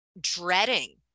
dreading